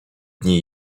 dni